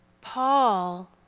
Paul